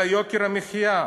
על יוקר המחיה?